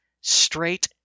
straight